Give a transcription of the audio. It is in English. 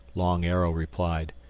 long arrow replied.